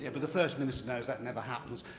ah but the first minister knows that never happens.